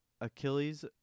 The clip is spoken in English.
Achilles